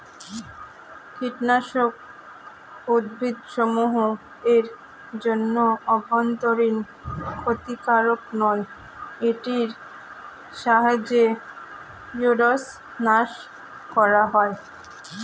কীটনাশক উদ্ভিদসমূহ এর জন্য অভ্যন্তরীন ক্ষতিকারক নয় এটির সাহায্যে উইড্স নাস করা হয়